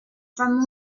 from